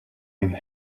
and